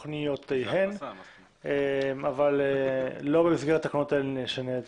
תוכניותיהן אבל לצערי לא נשנה זאת במסגרת התקנות האלה.